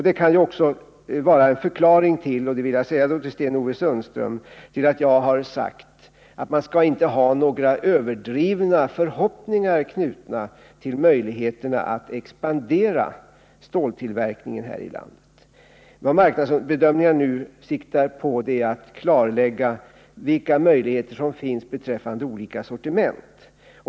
Det kan också — och det vill jag säga till Sten-Ove Sundström — vara en förklaring till att jag har sagt att man inte skall ha några överdrivna förhoppningar knutna till möjligheten att expandera ståltillverkningen i vårt land. Vad marknadsbedömningarna nu siktar på är att klarlägga vilka möjligheter som finns beträffande olika sortiment.